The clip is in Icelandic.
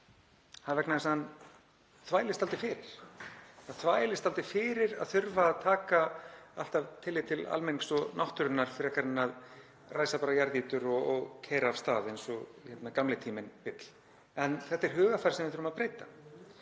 fyrir. Það þvælist dálítið fyrir að þurfa að taka alltaf tillit til almennings og náttúrunnar frekar en að ræsa bara jarðýtur og keyra af stað eins og gamli tíminn vill. En þetta er hugarfar sem við þurfum að breyta.